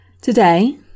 Today